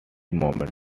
moment